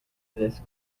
this